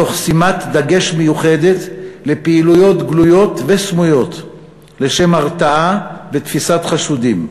תוך שימת דגש מיוחד בפעילויות גלויות וסמויות לשם הרתעה ותפיסת חשודים.